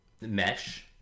mesh